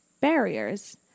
barriers